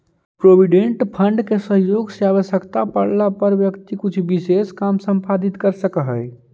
provident fund के सहयोग से आवश्यकता पड़ला पर व्यक्ति कुछ विशेष काम संपादित कर सकऽ हई